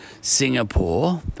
Singapore